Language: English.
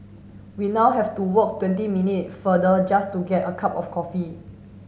we now have to walk twenty minute farther just to get a cup of coffee